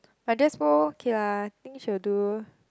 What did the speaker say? but just go k lah think she will do